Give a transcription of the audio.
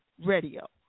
Radio